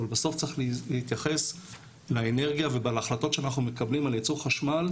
אבל בסוף צריך להתייחס לאנרגיה ולהחלטות שאנחנו מקבלים על ייצור חשמל,